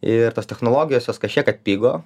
ir tos technologijos jos kažkiek atpigo